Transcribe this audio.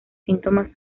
síntomas